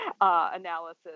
analysis